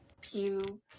puke